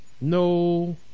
No